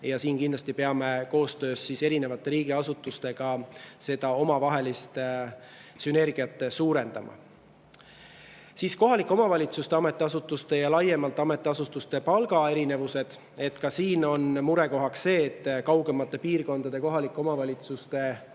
Me peame kindlasti koostöös erinevate riigiasutustega omavahelist sünergiat suurendama. Siis kohalike omavalitsuste ametiasutuste ja laiemalt ametiasutuste palgaerinevused. Ka siin on murekohaks see, et kaugemate piirkondade kohalike omavalitsuste palgad